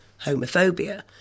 homophobia